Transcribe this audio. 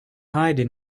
hiding